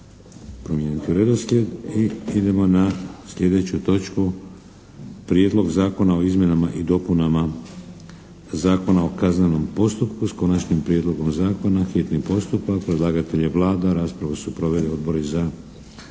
promijeniti redoslijed. I idemo na sljedeću točku 12. Prijedlog zakona o izmjenama i dopunama Zakona o kaznenom postupku, s Konačnim prijedlogom zakona, hitni postupak, prvo i drugo čitanje,